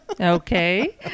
okay